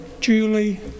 Julie